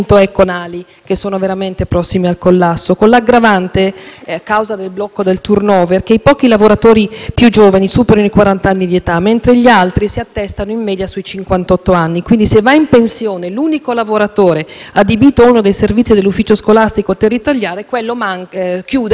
che sono veramente prossimi al collasso, con l'aggravante che, a causa del blocco del *turnover*, i pochi lavoratori più giovani superano i quarant'anni di età, mentre gli altri si attestano in media sui cinquantotto anni. Se va in pensione l'unico lavoratore adibito a uno dei servizi dell'ufficio scolastico territoriale, quello chiude perché manca il sostituto: è il caso,